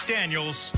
Daniels